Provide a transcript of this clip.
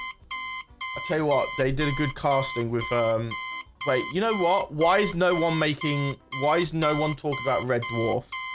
ah tell you what, they did a good casting with wait, you know what? why is no one making why is no one talking about red dwarf?